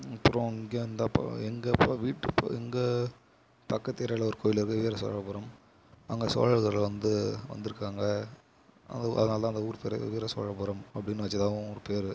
அப்புறம் இங்கே அந்த அப்போது எங்கள் அப்போது வீட்டு ப எங்கள் பக்கத்து ஏரியாவில் ஒரு கோயில் இருக்குது வீரசோழபுரம் அங்கே சோழர்கள் வந்து வந்திருக்காங்க அது அதனால தான் அந்த ஊர் பேர் வீரசோழபுரம் அப்படின்னு வெச்சதாகவும் ஒரு பேர்